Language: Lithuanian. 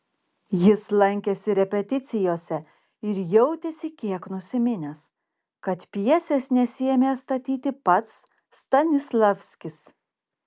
jis lankėsi repeticijose ir jautėsi kiek nusiminęs kad pjesės nesiėmė statyti pats stanislavskis